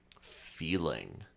feeling